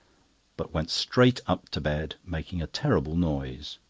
but went straight up to bed, making a terrible noise.